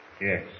Yes